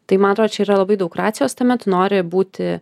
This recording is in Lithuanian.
tai man atrodo čia yra labai daug racijos tame tu nori būti